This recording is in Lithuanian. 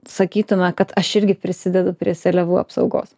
sakytume kad aš irgi prisidedu prie seliavų apsaugos